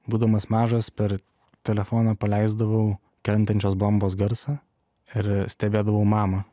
būdamas mažas per telefoną paleisdavau krentančios bombos garsą ir stebėdavau mamą